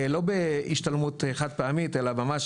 לא בהשתלמות חד פעמית, אלא ממש